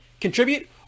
contribute